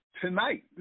Tonight